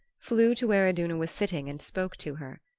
flew to where iduna was sitting and spoke to her.